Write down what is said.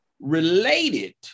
related